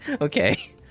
Okay